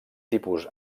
tipus